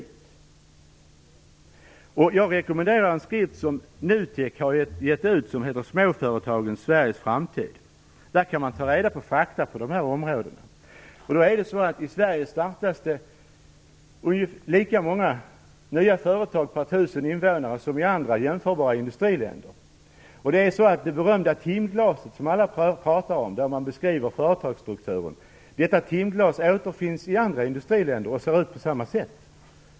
Jag vill i det sammanhanget rekommendera en skrift som NUTEK har givit ut och som heter "Småföretagen - Sveriges framtid?". Där kan man ta reda på fakta på de här områdena. I Sverige startas ungefär lika många nya företag per tusen invånare som i andra jämförbara industriländer. Det berömda timglaset som alla pratar om då man beskriver företagsstrukturen återfinns även i andra industriländer och ser då ut på samma sätt.